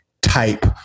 type